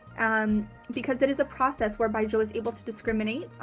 um because it is a process whereby jo is able to discriminate.